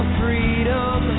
freedom